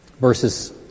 verses